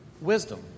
wisdom